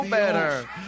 better